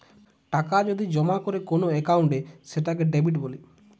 টাকা যদি জমা করে কোন একাউন্টে সেটাকে ডেবিট বলে